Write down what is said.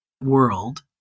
world